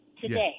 today